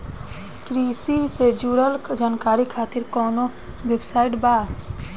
कृषि से जुड़ल जानकारी खातिर कोवन वेबसाइट बा?